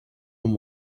and